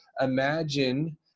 imagine